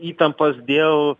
įtampos dėl